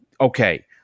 Okay